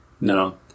No